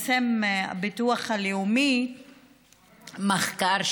בשבוע שעבר פרסם הביטוח הלאומי מחקר,